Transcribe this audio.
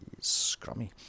scrummy